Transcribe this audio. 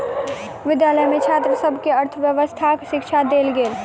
विद्यालय में छात्र सभ के अर्थव्यवस्थाक शिक्षा देल गेल